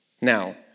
Now